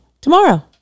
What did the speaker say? tomorrow